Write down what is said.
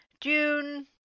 June